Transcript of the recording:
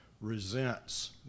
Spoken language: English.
resents